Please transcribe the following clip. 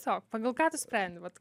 sau pagal ką tu sprendi vat